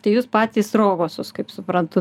tai jūs patys rogosus kaip suprantu